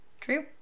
True